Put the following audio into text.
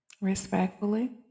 respectfully